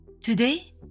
Today